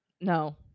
no